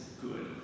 Good